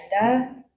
agenda